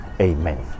Amen